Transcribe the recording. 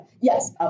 Yes